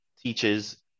teaches